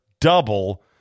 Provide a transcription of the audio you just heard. double